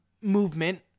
movement